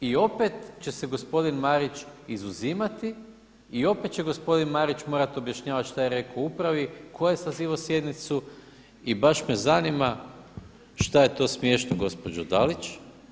I opet će se gospodin Marić izuzimati i opet će gospodin Marić morat objašnjavat šta je reko upravi, tko je sazivao sjednicu i baš me zanima, šta je to smiješno gospođo Dalić.